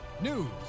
news